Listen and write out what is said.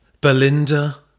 Belinda